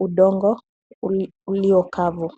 udongo uliokavu.